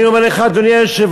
אני אומר לך, אדוני היושב-ראש,